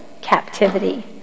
captivity